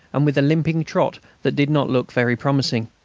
and with a limping trot that did not look very promising.